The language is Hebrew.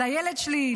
לילד שלי,